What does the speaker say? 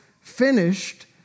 finished